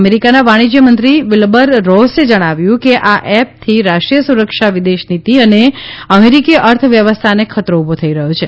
અમેરીકાના વાણિજય મંત્રી વિલ્બર રોસે જણાવ્યું કે આ એપથી રાષ્ટ્રીય સુરક્ષા વિદેશ નીતી અને અમેરીકી અર્થવ્યવસ્થાને ખતરો ઉભો થઇ રહયો છે